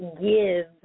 give